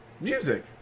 music